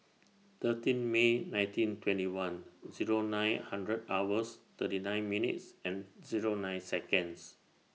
thirteen May nineteen twenty one Zero nine hundred hours thirty nine minutes and Zero nine Seconds